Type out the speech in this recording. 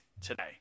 today